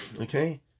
Okay